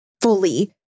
fully